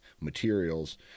materials